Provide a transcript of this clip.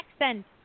accent